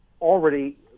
already